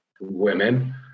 women